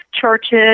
churches